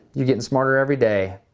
you're getting smarter every day.